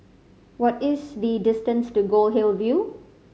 what is the distance to Goldhill View